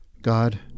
God